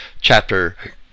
chapter